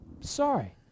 Sorry